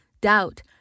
doubt